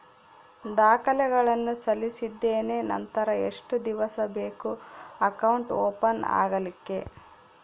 ದಾಖಲೆಗಳನ್ನು ಸಲ್ಲಿಸಿದ್ದೇನೆ ನಂತರ ಎಷ್ಟು ದಿವಸ ಬೇಕು ಅಕೌಂಟ್ ಓಪನ್ ಆಗಲಿಕ್ಕೆ?